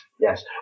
yes